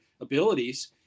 abilities